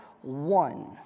one